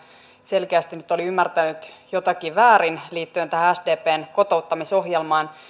selkeästi nyt oli ymmärtänyt jotakin väärin liittyen tähän sdpn kotouttamisohjelmaan